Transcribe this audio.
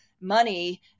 money